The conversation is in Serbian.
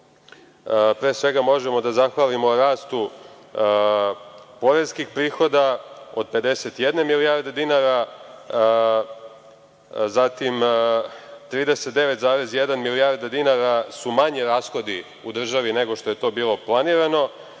pre svega možemo da zahvalimo rastu poreskih prihoda od 51 milijarde dinar, zatim 39.1 milijarda dinara su manji rashodi u državi nego što je to bilo planirano